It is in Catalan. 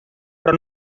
però